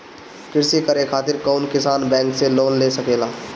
कृषी करे खातिर कउन किसान बैंक से लोन ले सकेला?